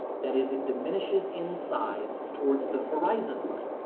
that is it diminishes incise towards the horizon line.